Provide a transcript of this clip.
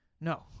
No